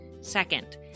Second